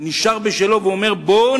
המסחר והתעסוקה נשאר בשלו ואומר: בואו